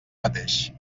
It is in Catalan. mateix